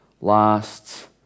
lasts